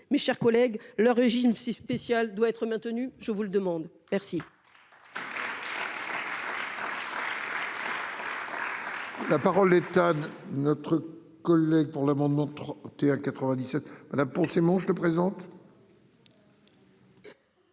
Mes chers collègues, leur régime si spécial doit être maintenu. Je vous le demande